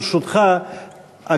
ברשותך,